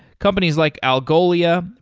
companies like algolia,